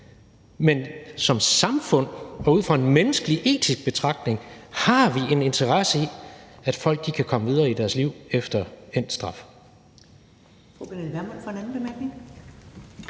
men som samfund og ud fra en menneskelig etisk betragtning har vi en interesse i, at folk kan komme videre i deres liv efter endt straf.